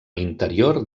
interior